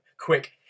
Quick